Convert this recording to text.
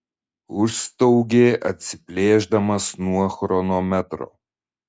užstaugė atsiplėšdamas nuo chronometro